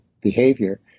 behavior